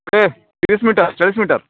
ଏ ତିରିଶି ମିଟର୍ ଚାଳିଶି ମିଟର୍